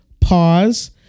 pause